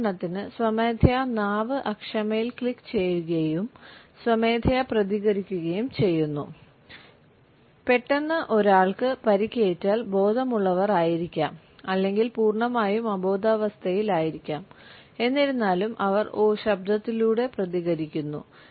ഉദാഹരണത്തിന് സ്വമേധയാ നാവ് അക്ഷമയിൽ ക്ലിക്കു ചെയ്യുകയും സ്വമേധയാ പ്രതികരിക്കുകയും ചെയ്യുന്നു പെട്ടെന്ന് ഒരാൾക്ക് പരിക്കേറ്റാൽ ബോധമുള്ളവർ ആയിരിക്കാം അല്ലെങ്കിൽ പൂർണ്ണമായും അബോധാവസ്ഥയിൽ ആയിരിക്കാം എന്നിരുന്നാലും അവർ ഓ ശബ്ദത്തിലൂടെ പ്രതികരിക്കുന്നു